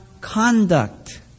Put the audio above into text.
conduct